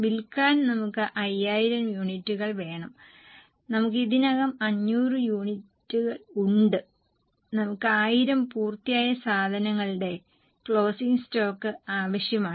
വിൽക്കാൻ നമുക്ക് 5000 യൂണിറ്റുകൾ വേണം നമുക്ക് ഇതിനകം 500 യൂണിറ്റ്സ് ഉണ്ട് നമുക്ക് 1000 പൂർത്തിയായ സാധനങ്ങളുടെ ക്ലോസിംഗ് സ്റ്റോക്ക് ആവശ്യമാണ്